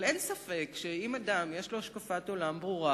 אבל אין ספק שאם אדם יש לו השקפת עולם ברורה,